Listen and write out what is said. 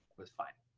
was fine.